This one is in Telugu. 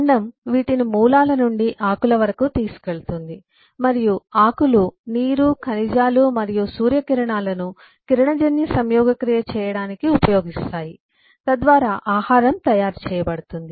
కాండం వీటిని మూలాల నుండి ఆకుల వరకు తీసుకువెళుతుంది మరియు ఆకులు నీరు ఖనిజాలు మరియు సూర్య కిరణాలను కిరణజన్య సంయోగక్రియ చేయడానికి ఉపయోగిస్తాయి తద్వారా ఆహారం తయారు చేయబడుతుంది